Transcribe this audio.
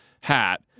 hat